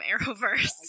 Arrowverse